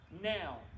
Now